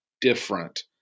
different